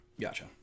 Gotcha